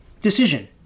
decision